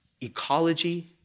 ecology